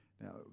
now